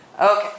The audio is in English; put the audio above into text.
Okay